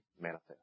manifest